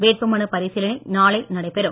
வேட்புமனு பரிசீலனை நாளை நடைபெறும்